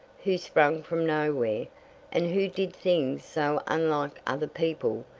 who sprang from nowhere, and who did things so unlike other people,